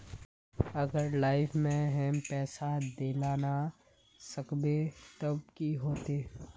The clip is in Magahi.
अगर लाइफ में हैम पैसा दे ला ना सकबे तब की होते?